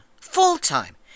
full-time